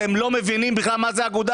אתם לא מבינים בכלל מה זה אגודה.